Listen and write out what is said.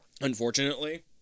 Unfortunately